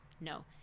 no